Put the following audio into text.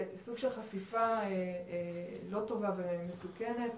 בסוג של חשיפה לא טובה ומסוכנת.